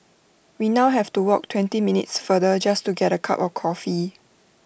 we now have to walk twenty minutes further just to get A cup of coffee